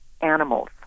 animals